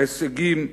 ההישגים,